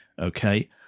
Okay